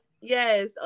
Yes